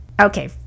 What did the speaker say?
Okay